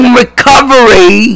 recovery